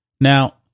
Now